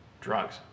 drugs